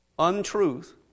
untruth